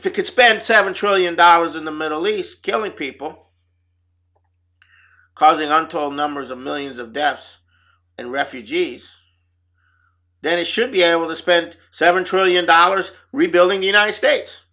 if you could spend seven trillion dollars in the middle east killing people causing untold numbers of millions of deaths and refugees then we should be able to spend seven trillion dollars rebuilding the united states